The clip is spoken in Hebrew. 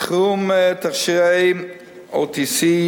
בתחום תכשירי OTC,